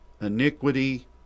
iniquity